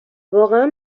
واقعا